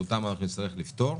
שאותן נצטרך לפתור,